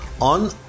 on